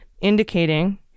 indicating